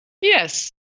Yes